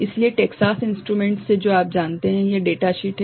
इसलिए Texas Instruments से जो आप जानते हैं -यह डेटा शीट हैं